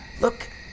look